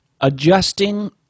Adjusting